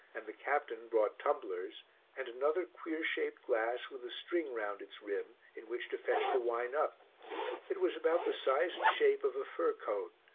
and the captain brought tumblers and another queer-shaped glass with a string round its rim in which to fetch the wine up it was about the size and shape of a fir-cone,